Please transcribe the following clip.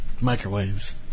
microwaves